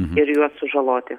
ir juos sužaloti